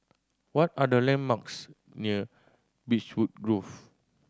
what are the landmarks near Beechwood Grove